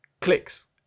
clicks